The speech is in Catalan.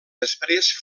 després